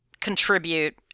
contribute